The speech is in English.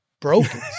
broken